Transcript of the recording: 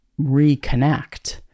reconnect